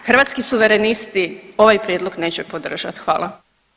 Hrvatski suverenisti ovaj prijedlog neće podržat, hvala.